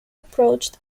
approached